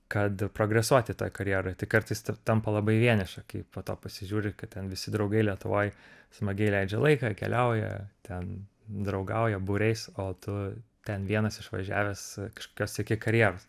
kad progresuoti toj karjeroj tai kartais tampa labai vieniša kai po to pasižiūri kad ten visi draugai lietuvoj smagiai leidžia laiką keliauja ten draugauja būriais o tu ten vienas išvažiavęs kažkokios sieki karjeros